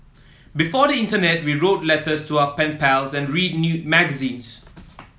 before the internet we wrote letters to our pen pals and read new magazines